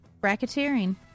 Bracketeering